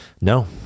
no